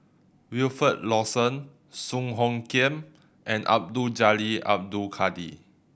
Wilfed Lawson Song Hoot Kiam and Abdul Jalil Abdul Kadir